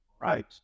Right